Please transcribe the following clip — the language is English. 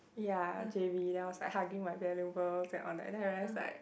ya j_b then I was like hugging my valuables and all that then I realize like